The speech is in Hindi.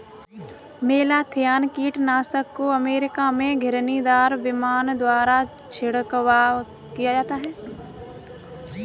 मेलाथियान कीटनाशक को अमेरिका में घिरनीदार विमान द्वारा छिड़काव किया जाता है